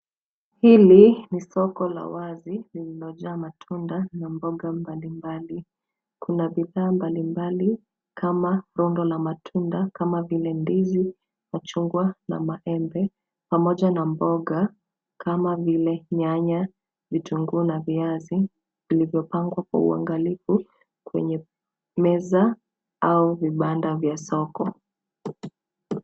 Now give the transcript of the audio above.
Hili ni soko la wazi lililojaa matunda na mboga mbalimbali. Kuna bidhaa mbalimbali kama rundo la matunda kama vile ndizi, machungwa na maembe pamoja na mboga kama vile nyanya, vitunguu na viazi, vilivyopangwa kwa uangalivu kwenye Meza au vibanda vya soko.